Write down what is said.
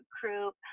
group